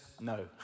No